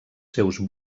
seus